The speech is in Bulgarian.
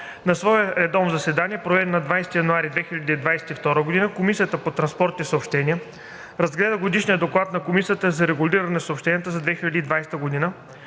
На свое редовно заседание, проведено на 20 януари 2022 г., Комисията по транспорт и съобщения разгледа Годишния доклад на Комисията за регулиране на съобщенията за 2020 г.